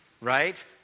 Right